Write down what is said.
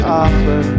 offer